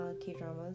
k-dramas